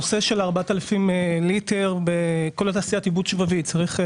הנושא של 4,000 ליטר בכל התעשייה עיבוד שבבי יש